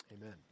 Amen